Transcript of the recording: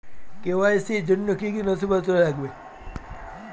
KYC র জন্য কি কি নথিপত্র লাগবে?